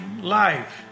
life